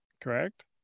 correct